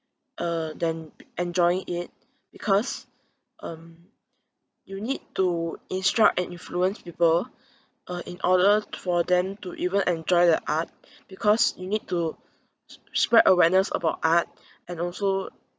uh than enjoying it because um you need to instruct and influence people uh in order for them to even enjoy the art because you need to spr~ spread awareness about art and also